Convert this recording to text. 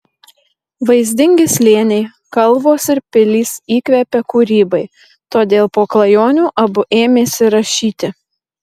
vaizdingi slėniai kalvos ir pilys įkvepia kūrybai todėl po klajonių abu ėmėsi rašyti